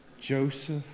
Joseph